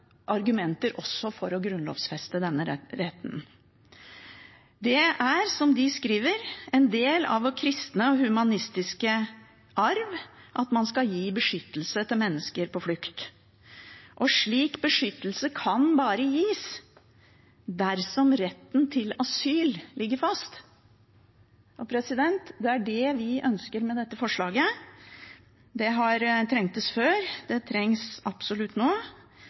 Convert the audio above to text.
er, som de skriver, en del av vår kristne og humanistiske arv at man skal gi beskyttelse til mennesker på flukt. Slik beskyttelse kan bare gis dersom retten til asyl ligger fast. Og det er det vi ønsker med dette forslaget. Det har trengtes før, det trengs absolutt nå,